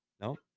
no